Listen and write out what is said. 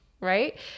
right